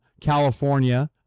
California